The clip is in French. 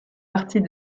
partie